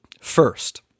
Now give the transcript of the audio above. First